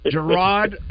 Gerard